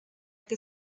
que